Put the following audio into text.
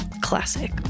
Classic